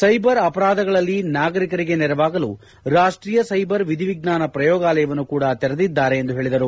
cyber ಅಪರಾಧಗಳಲ್ಲಿ ನಾಗರಿಕರಿಗೆ ನೆರವಾಗಲು ರಾಷ್ಷೀಯ ಸ್ಟೆಬರ್ ವಿಧಿವಿಜ್ಞಾನ ಪ್ರಯೋಗಾಲಯವನ್ನೂ ಕೂಡ ತೆರೆದಿದ್ಗಾರೆ ಎಂದು ಹೇಳಿದರು